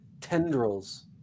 tendrils